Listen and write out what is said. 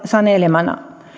sanelemana